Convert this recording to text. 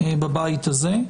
בבית הזה,